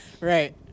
Right